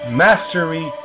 mastery